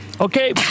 Okay